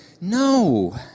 No